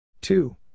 two